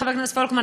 חבר הכנסת פולקמן,